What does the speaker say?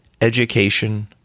education